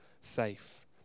safe